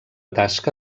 tasca